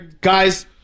Guys